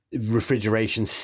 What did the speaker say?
refrigeration